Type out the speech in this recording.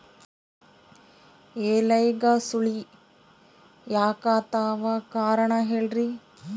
ಎಲ್ಯಾಗ ಸುಳಿ ಯಾಕಾತ್ತಾವ ಕಾರಣ ಹೇಳ್ರಿ?